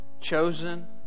Chosen